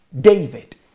David